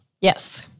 Yes